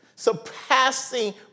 surpassing